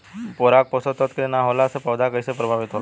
Boron पोषक तत्व के न होला से पौधा कईसे प्रभावित होला?